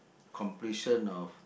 completion of